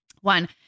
one